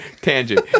Tangent